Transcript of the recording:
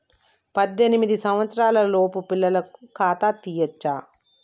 పద్దెనిమిది సంవత్సరాలలోపు పిల్లలకు ఖాతా తీయచ్చా?